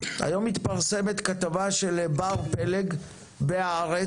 היום מתפרסמת כתבה של בר פלג ב"הארץ"